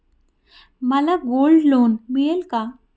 मला gold loan मिळेल का?